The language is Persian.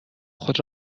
خود